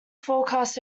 forecast